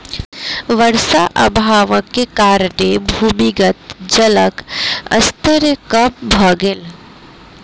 वर्षा अभावक कारणेँ भूमिगत जलक स्तर कम भ गेल